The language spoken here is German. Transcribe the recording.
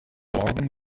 morgen